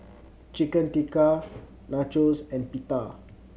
Chicken Tikka Nachos and Pita